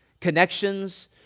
connections